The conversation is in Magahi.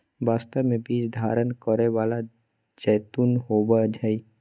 वास्तव में बीज धारण करै वाला जैतून होबो हइ